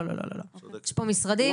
לא, לא, לא, לא.